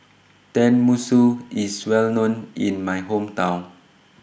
Tenmusu IS Well known in My Hometown